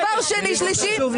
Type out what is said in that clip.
דבר שלישי,